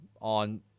on